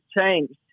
changed